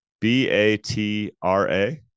b-a-t-r-a